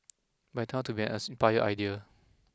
but it turned out to be an inspired idea